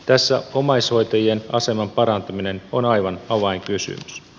tässä omaishoitajien aseman parantaminen on aivan avainkysymys